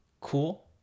cool